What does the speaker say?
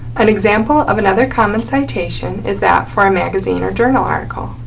an example of another common citation is that for a magazine or journal article.